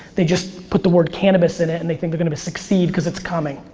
they just put the word cannabis in it and they think they're going to succeed because it's coming.